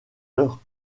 l’heure